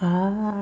ah